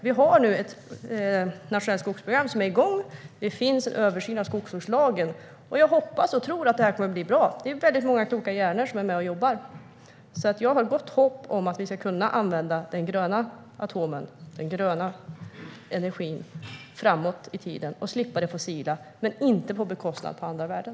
Vi har nu ett nationellt skogsprogram som är igång, och det finns en översyn av skogsvårdslagen. Jag hoppas och tror att detta kommer att bli bra. Det är väldigt många kloka hjärnor som är med och jobbar, så jag har gott hopp om att vi ska kunna använda den gröna atomen och den gröna energin framåt i tiden och slippa det fossila. Men det ska inte ske på bekostnad av andra värden.